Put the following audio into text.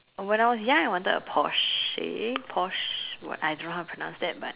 when I was young I wanted a porsche posh what I don't know how to pronounce that but